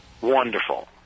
Wonderful